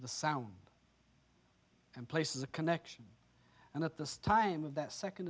the sound and places a connection and at the time of that second